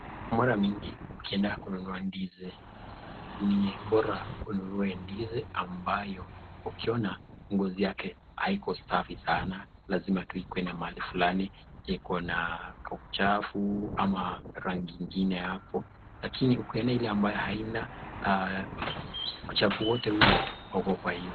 Mara mingi ukienda kununua ndizi ni Bora ununue ndizi ambayo ngoziYake haiko safi sana lazima tu ikue na mahali fulani hiko na uchafu ama rangi ingine lakini uliona Ile ambayo haina aah uchafu wote ule utaogopa hiyo.